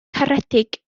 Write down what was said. caredig